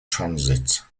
transit